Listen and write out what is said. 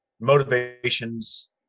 motivations